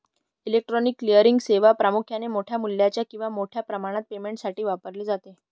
electronic clearing सेवा प्रामुख्याने मोठ्या मूल्याच्या किंवा मोठ्या प्रमाणात पेमेंटसाठी वापरली जाते